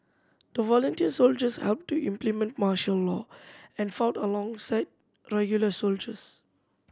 the volunteer soldiers helped to implement martial law and fought alongside regular soldiers